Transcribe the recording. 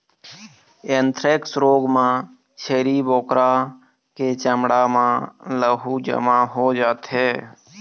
anthrax रोग म छेरी बोकरा के चमड़ा म लहू जमा हो जाथे